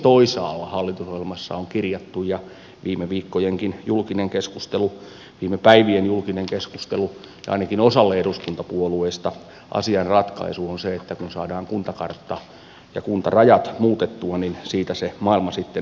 tosin toisaalla hallitusohjelmassa on kirjattu ja viime viikkojenkin julkisen keskustelun viime päivien julkisen keskustelun ja ainakin osan eduskuntapuolueista mukaan asian ratkaisu on että kun saadaan kuntakartta ja kuntarajat muutettua niin siitä se maailma sitten valmistuu